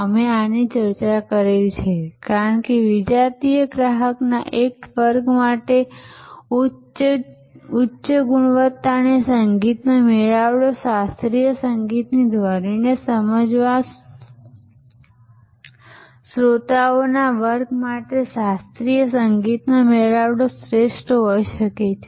અમે આની ચર્ચા કરી છે કારણ કે વિજાતીયતા ગ્રાહકના એક વર્ગ માટે ઉચ્ચ ગુણવત્તાની સંગીતનો મેળાવડો શાસ્ત્રીય સંગીતની ધ્વનિને સમજતા શ્રોતાઓના વર્ગ માટે શાસ્ત્રીય સંગીતનો મેળાવડો શ્રેષ્ઠ હોઈ શકે છે